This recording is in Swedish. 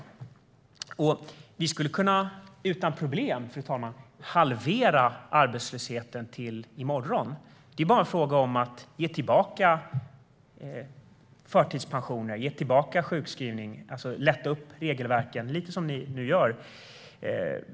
Arbetslösheten, fru talman, skulle utan problem kunna halveras till i morgon. Det är bara en fråga om att återgå till förtidspensioner och sjukskrivningar, det vill säga lätta upp regelverken - lite som ni nu gör.